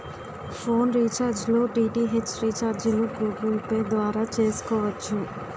phone recharge లో DTH రీఛార్జిలు Google Pay ద్వారా చేసుకోవచ్చు